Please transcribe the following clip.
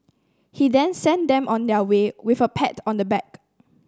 he then sent them on their way with a pat on the back